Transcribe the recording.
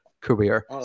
career